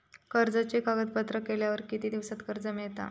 कर्जाचे कागदपत्र केल्यावर किती दिवसात कर्ज मिळता?